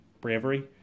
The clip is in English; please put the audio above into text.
bravery